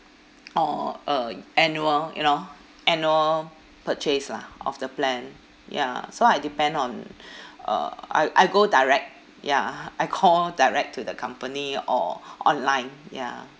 or a annual you know annual purchase lah of the plan ya so I depend on uh I I go direct ya I call direct to the company or online ya